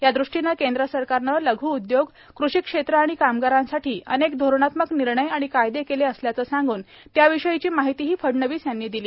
या दृष्टीनं केंद्र सरकारनं लघ् उद्योग कृषी क्षेत्र आणि कामगारांसाठी अनेक धोरणात्मक निर्णय आणि कायदे केले असल्याचं सांगून त्याविषयीची माहितीही फडणवीस यांनी दिली